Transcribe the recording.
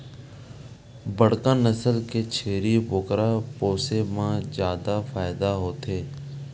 बड़का नसल के छेरी बोकरा पोसे म जादा फायदा होथे